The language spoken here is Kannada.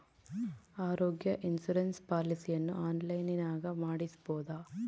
ಆರೋಗ್ಯ ಇನ್ಸುರೆನ್ಸ್ ಪಾಲಿಸಿಯನ್ನು ಆನ್ಲೈನಿನಾಗ ಮಾಡಿಸ್ಬೋದ?